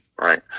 Right